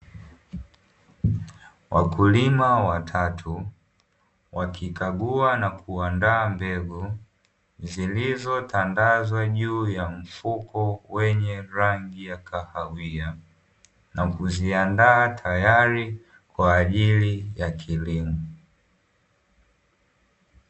Wakulima watatu wakikagua na kuandaa mbegu zilizotandazwa juu ya mfuko wenye rangi ya kahawia, na kuziandaa tayari kwa ajili ya kilimo.